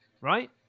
right